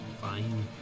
Fine